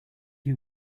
who